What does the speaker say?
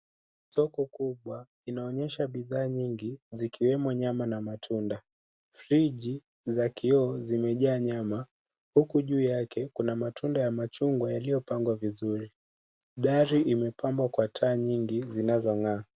Soko kubwa inaonyesha bidhaa nyingi zikiwemo nyama na matunda. Friji za kioo zimejaa nyama huku juu yake kuna matunda ya machungwa yaliyopangwa vizuri. Dari imepambwa kwa taa nyingi zinazong'aa.